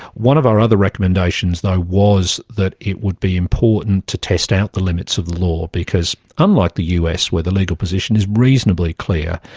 one of our other recommendations though was that it would be important to test out the limits of the law, because unlike the us where the legal position is reasonably clear,